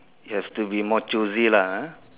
yes to be more choosy lah ah